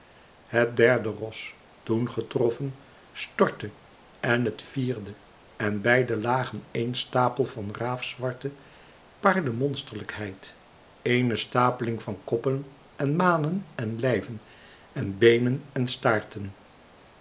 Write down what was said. het derde ros toen getroffen stortte en het vierde en beide lagen één stapel van raafzwarte paardemonsterlijkheid ééne stapeling van koppen en manen en lijven en beenen en staarten